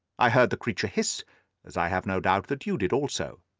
i heard the creature hiss as i have no doubt that you did also,